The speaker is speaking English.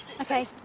Okay